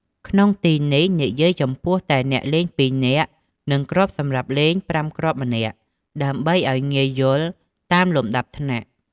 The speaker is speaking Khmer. ក្នុងទីនេះ និយាយចំពោះតែអ្នកលេង ២នាក់ និងគ្រាប់សម្រាប់លេង ៥ គ្រាប់ម្នាក់ ដើម្បីឲ្យងាយយល់តាមលំដាប់ថ្នាក់។